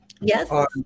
yes